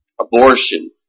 abortion